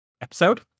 episode